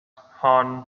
hon